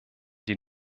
die